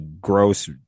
gross